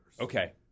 Okay